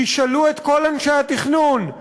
תשאלו את כל אנשי התכנון,